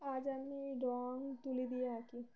আজ আমি রঙ তুলি দিয়ে আঁকি